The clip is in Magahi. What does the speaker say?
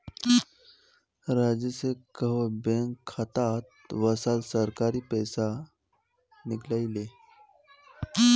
राजू स कोहो बैंक खातात वसाल सरकारी पैसा निकलई ले